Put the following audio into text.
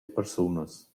persunas